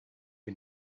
had